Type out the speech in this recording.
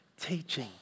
teaching